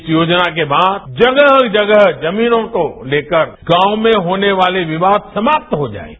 इस योजना के बाद जगह जगह जमीनों को लेकर गांव में होने वाले विवाद समाप्त हो जायेंगे